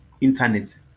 internet